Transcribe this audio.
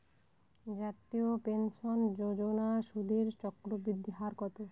জাতীয় পেনশন যোজনার সুদের চক্রবৃদ্ধি হার কত?